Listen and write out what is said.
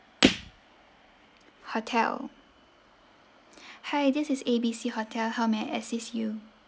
hotel hi this is A B C hotel how may I assist you